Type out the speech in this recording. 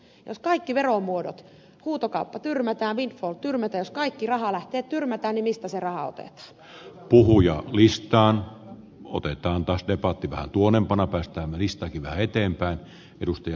jos kaikki veromuodot huutokauppa tyrmätään windfall tyrmätään jos kaikki rahalähteet tyrmätääninista sarah aatteeksi puhujan listaa muutetaan taas tyrmätään niin mistä se raha otetaan